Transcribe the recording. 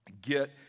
get